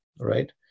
right